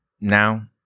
now